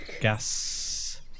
Gas